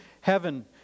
heaven